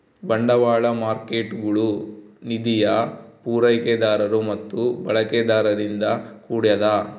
ಬಂಡವಾಳ ಮಾರ್ಕೇಟ್ಗುಳು ನಿಧಿಯ ಪೂರೈಕೆದಾರರು ಮತ್ತು ಬಳಕೆದಾರರಿಂದ ಕೂಡ್ಯದ